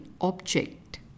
object